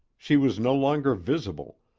she was no longer visible,